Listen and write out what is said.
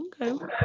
okay